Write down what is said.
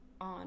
on